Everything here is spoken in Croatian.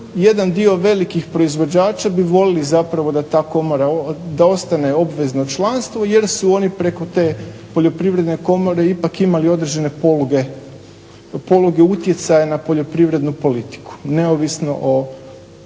jedan dio velikih proizvođača bi voljeli da ta komora ostane obvezno članstvo jer su oni preko te Poljoprivrede komore ipak imali određene poluge utjecaja na poljoprivrednu politiku neovisno o